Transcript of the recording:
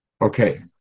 Okay